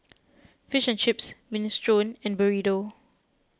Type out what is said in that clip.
Fish and Chips Minestrone and Burrito